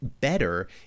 better